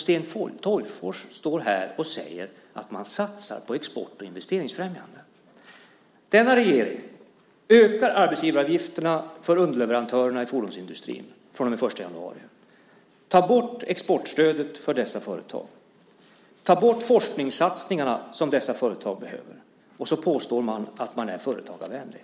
Sten Tolgfors står här och säger att man satsar på export och investeringsfrämjande. Denna regering ökar arbetsgivaravgifterna för underleverantörerna i fordonsindustrin från och med den 1 januari, tar bort exportstödet för dessa företag och tar bort forskningssatsningarna som dessa företag behöver. Sedan påstår man att man är företagarvänlig.